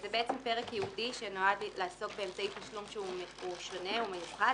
זה פרק ייעודי שנועד לעסוק באמצעי תשלום שהוא שונה והוא מיוחד.